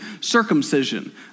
circumcision